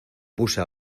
puse